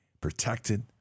protected